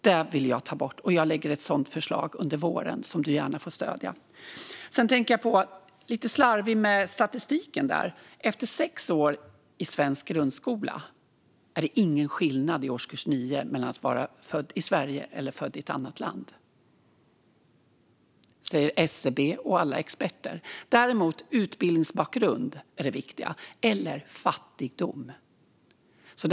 Detta vill jag ta bort, och jag lägger fram ett sådant förslag under våren som du gärna får stödja. Det var lite slarv med statistiken. Efter sex år i svensk grundskola är det i årskurs 9 ingen skillnad mellan födda i Sverige och födda i annat land - detta enligt SCB och alla experter. Utbildningsbakgrund och fattigdom är dock viktiga faktorer.